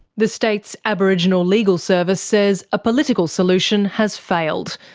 the state's aboriginal legal service says a political solution has failed,